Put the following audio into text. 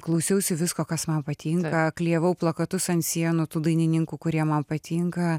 klausiausi visko kas man patinka klijavau plakatus ant sienų tų dainininkų kurie man patinka